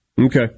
Okay